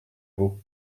beau